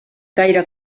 gaire